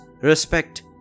respect